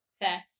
Yes